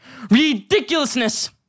Ridiculousness